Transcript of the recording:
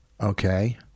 Okay